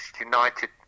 United